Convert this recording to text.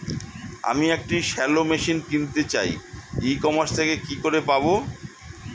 আমি একটি shallow machine কিনতে চাই ই কমার্স থেকে কি করে পাবো?